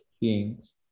beings